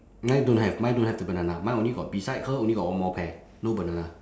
mine don't have mine don't have the banana mine only got beside her only got one more pear no banana